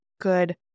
good